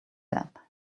that